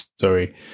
sorry